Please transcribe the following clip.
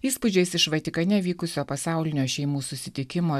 įspūdžiais iš vatikane vykusio pasaulinio šeimų susitikimo